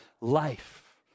life